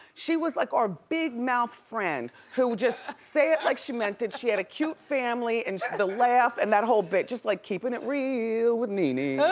she was like our big mouth friend, who just say it like she meant it, she had a cute family, and the laugh and that whole bit, just like keeping it real with nene.